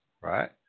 right